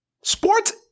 Sports